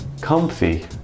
comfy